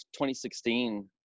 2016